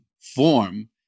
form